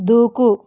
దూకు